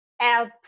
help